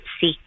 seek